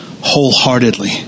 wholeheartedly